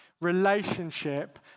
Relationship